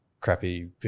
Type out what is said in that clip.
crappy